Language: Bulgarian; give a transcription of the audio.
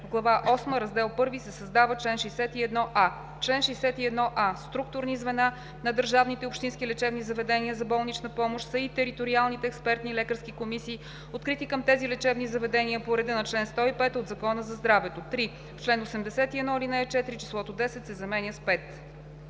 В Глава осма, Раздел I се създава чл. 61а: „Чл. 61а. Структурни звена на държавните общински лечебни заведения за болнична помощ са и териториалните експертни лекарски комисии, открити към тези лечебни заведения по реда на чл. 105 от Закона за здравето“. 3. В чл. 81, ал. 4 числото „10“ се заменя с